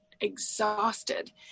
exhausted